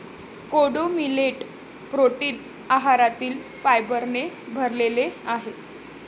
कोडो millet protein आहारातील फायबरने भरलेले आहे